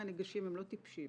מהניגשים לא טיפשים.